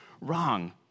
wrong